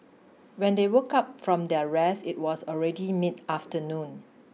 when they woke up from their rest it was already mid afternoon